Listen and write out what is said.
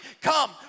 come